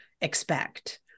expect